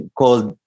called